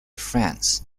france